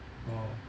orh